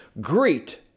greet